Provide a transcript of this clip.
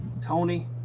Tony